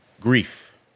Grief